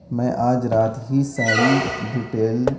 میں آج رات ہی ساری ڈٹیل